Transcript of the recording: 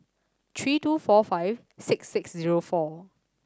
three two four five six six zero four